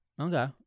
Okay